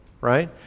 right